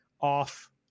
off